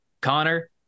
Connor